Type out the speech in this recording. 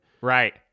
Right